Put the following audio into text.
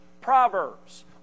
proverbs